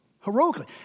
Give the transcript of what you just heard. heroically